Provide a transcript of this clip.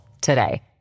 today